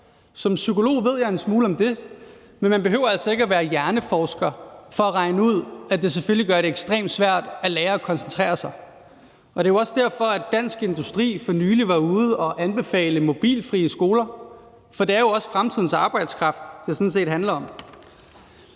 Som psykolog ved jeg en smule om det, men man behøver altså ikke at være hjerneforsker for at regne ud, at det selvfølgelig gør det ekstremt svært at lære at koncentrere sig, og det er jo også derfor, at Dansk Industri for nylig var ude at anbefale mobilfrie skoler, for det er jo også fremtidens arbejdskraft, det sådan set handler om.